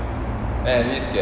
then at least